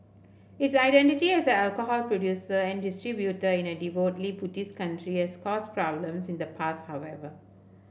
its identity as an alcohol producer and distributor in a devoutly Buddhist country has caused problems in the past however